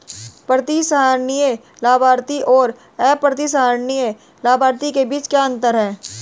प्रतिसंहरणीय लाभार्थी और अप्रतिसंहरणीय लाभार्थी के बीच क्या अंतर है?